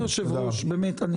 (היו"ר ינון אזולאי, 08:50) תודה רבה.